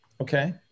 Okay